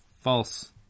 false